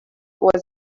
was